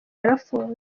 yarafunzwe